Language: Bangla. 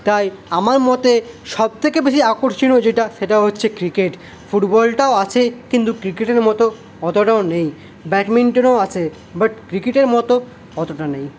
তাই আমার মতে সবথেকে বেশী আকর্ষণীয় যেটা সেটা হচ্ছে ক্রিকেট ফুটবলটাও আছে কিন্তু ক্রিকেটের মতো অতটাও নেই ব্যাটমিনটনও আছে বাট ক্রিকেটের মতো অতটা নেই